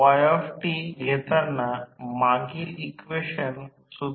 तर हा पुरवठा R साठी देण्यात आला आहे व्हेरिएएसी नावाच्या एका उपकरणाला काय म्हणतात बदलणारा प्रतिरोध पुरवठा